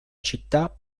città